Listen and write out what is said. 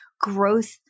growth